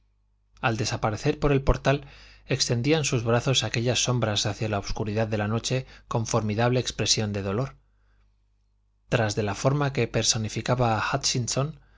al desaparecer por el portal extendían sus brazos aquellas sombras hacia la obscuridad de la noche con formidable expresión de dolor tras de la forma que personificaba